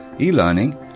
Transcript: e-learning